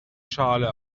schale